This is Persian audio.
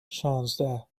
شانزده